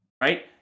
right